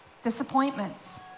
disappointments